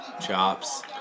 Chops